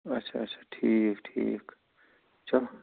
اَچھا اَچھا ٹھیٖک ٹھیٖک چلو